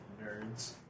Nerds